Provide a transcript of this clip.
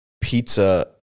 pizza